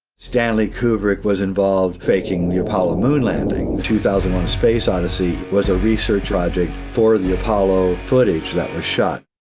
stanley kubrick was involved faking the apollo moon landings. two thousand and one a space odyssey was a research project for the apollo footage that was shot.